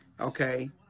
Okay